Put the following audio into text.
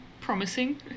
Promising